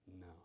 No